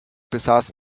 besass